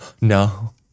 no